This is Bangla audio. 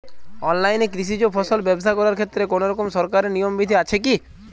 অনলাইনে কৃষিজ ফসল ব্যবসা করার ক্ষেত্রে কোনরকম সরকারি নিয়ম বিধি আছে কি?